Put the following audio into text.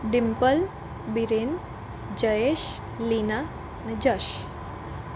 ડિમ્પલ બીરેન જયેશ લીના ને જસ